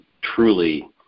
truly –